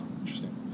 interesting